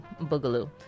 Boogaloo